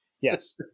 Yes